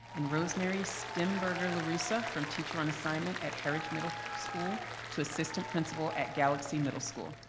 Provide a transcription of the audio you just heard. and rosemary steinberger-larussa from teacher on assignment at heritage middle school to assistant principal at galaxy middle school.